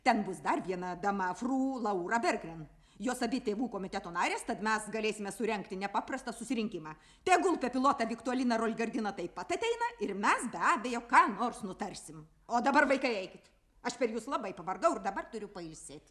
ten bus dar viena dama fru laura bergen jos abi tėvų komiteto narės tad mes galėsime surengti nepaprastą susirinkimą tegul pepė lota viktorina raigardina taip pat ateina ir mes be abejo ką nors nutarsime o dabar vaikai eikit aš per jus labai pavargau ir dabar turiu pailsėti